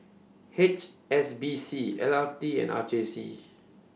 H S B C L R T and R J C